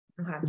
Okay